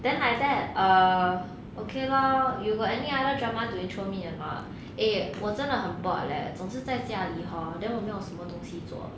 then like that err okay lor you got any other drama to intro me or not eh 我真的很 bored leh 总是在家里 hor then 我没有什么东西做